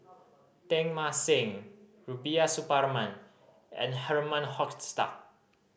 Teng Mah Seng Rubiah Suparman and Herman Hochstadt